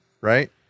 right